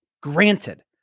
granted